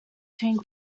between